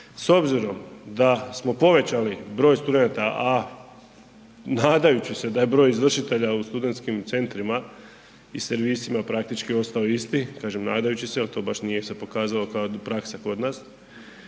S obzirom da smo povećali broj studenata, a nadajući se da je broj izvršitelja u studentskim centrima i servisima praktički ostao isti, kažem nadajući se jel to baš nije se pokazalo kao praksa kod nas,